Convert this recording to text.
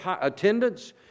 attendance